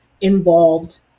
involved